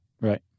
Right